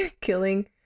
killing